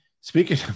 Speaking